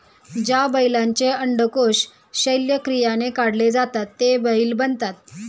ज्या बैलांचे अंडकोष शल्यक्रियाने काढले जातात ते बैल बनतात